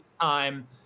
time